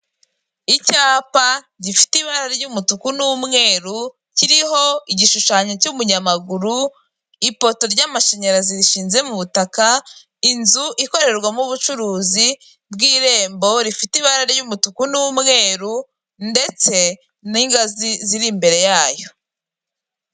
Icyapa gifite ibara ry'umutuku n'umweru kiriho igishushanyo cy'umunyamaguru ipoto ry'amashanyarazi rishinze mubutaka inzu ikorerwamo ubucuruzi bw'irembo rifite ibara ry'umutuku n'umweru ndetse n'ingazi ziri imbere yayo.